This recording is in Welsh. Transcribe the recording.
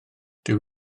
dyw